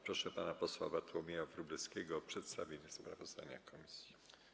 Proszę pana posła Bartłomieja Wróblewskiego o przedstawienie sprawozdania komisji.